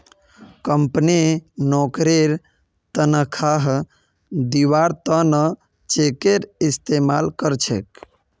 company नौकरीर तन्ख्वाह दिबार त न चेकेर इस्तमाल कर छेक